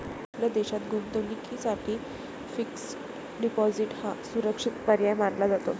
आपल्या देशात गुंतवणुकीसाठी फिक्स्ड डिपॉजिट हा सुरक्षित पर्याय मानला जातो